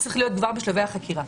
צריך להיות כבר בשלבי החקירה.